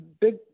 big